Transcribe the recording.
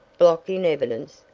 block in evidence,